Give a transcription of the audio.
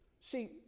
See